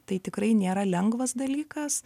tai tikrai nėra lengvas dalykas